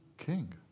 king